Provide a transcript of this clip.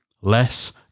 Less